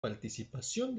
participación